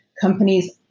companies